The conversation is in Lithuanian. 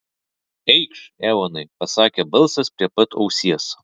eikš eonai pasakė balsas prie pat ausies